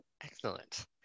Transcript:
Excellent